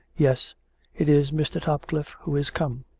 yes it is mr. topcliffe who is come.